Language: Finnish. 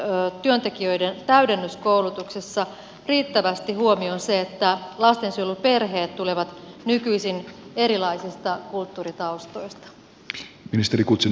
otetaanko lastensuojelutyöntekijöiden täydennyskoulutuksessa riittävästi huomioon se että lastensuojeluperheet tulevat nykyisin erilaisista kulttuuritaustoista